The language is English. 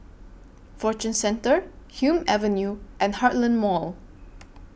Fortune Centre Hume Avenue and Heartland Mall